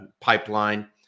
pipeline